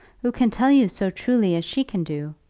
who can tell you so truly as she can do?